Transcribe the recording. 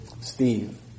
Steve